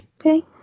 Okay